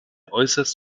äußerst